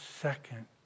second